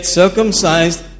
circumcised